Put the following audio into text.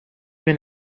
been